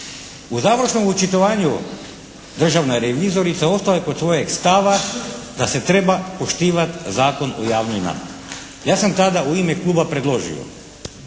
U završnom očitovanju državne revizorice ostala je kod svojeg stava da se treba poštivat Zakon o javnoj nabavi. Ja sam tada u ime kluba predložio